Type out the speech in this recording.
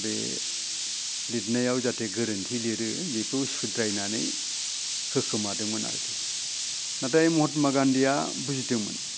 बे लिदनायाव जाहथे गोरोन्थि लिरो बिखौ सुद्रायनानै होखोमादोंमोन आरखि नाथाय महात्मा गान्धीआ बुजिदोंमोन